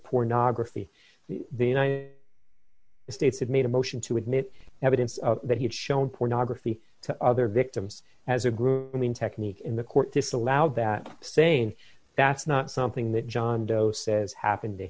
pornography the united states has made a motion to admit evidence that he's shown pornography to other victims as a group and then technique in the court disallow that saying that's not something that john doe says happened to